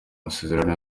amasezerano